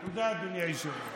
תודה, אדוני היושב-ראש.